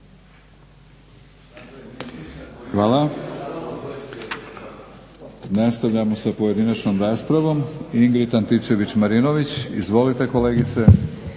Hvala. Nastavljamo sa pojedinačnom raspravom, Ingrid Antičević-Marinović. Izvolite kolegice.